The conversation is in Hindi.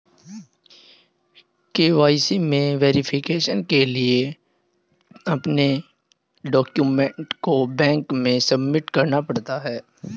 के.वाई.सी में वैरीफिकेशन के लिए अपने डाक्यूमेंट को बैंक में सबमिट करना पड़ता है